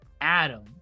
Adam